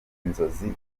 inzozi